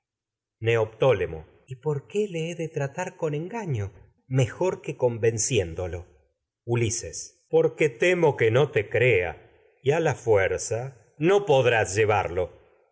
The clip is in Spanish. neoptólemo y por qué le he de tratar con enga ño mejor que convenciéndolo íiloctetes ulises no porque temo que no te crea y a la fuerza podrás llevarloneoptólemo